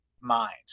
mind